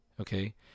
Okay